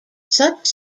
such